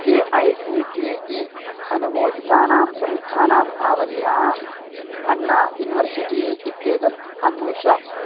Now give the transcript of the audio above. A I C T E अनुमोदितानां संस्थानाम् आवल्याम् अण्णा युनिवर्सिटी इत्येतत् अन्विष